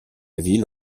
ville